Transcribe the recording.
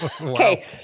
Okay